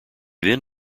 then